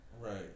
Right